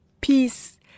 peace